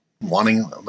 wanting